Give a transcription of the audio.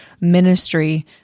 ministry